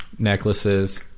Necklaces